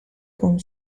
con